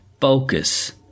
focus